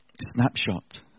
snapshot